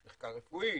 מחקר רפואי?